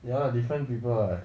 ya different people [what]